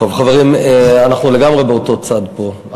טוב, חברים, אנחנו לגמרי באותו צד פה.